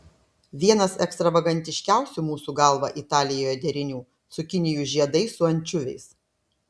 vienas ekstravagantiškiausių mūsų galva italijoje derinių cukinijų žiedai su ančiuviais